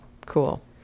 cool